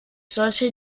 solche